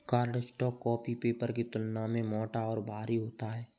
cardstock copy paper की तुलना में मोटा और भारी होता है